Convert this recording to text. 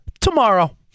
Tomorrow